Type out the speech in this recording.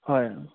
হয়